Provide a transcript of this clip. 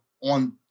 on